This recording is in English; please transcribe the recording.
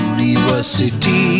University